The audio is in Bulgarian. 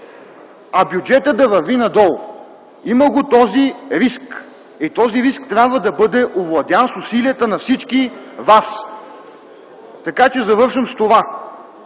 а бюджетът да върви надолу – има го този риск. Този риск трябва да бъде овладян с усилията на всички вас. Завършвам с това: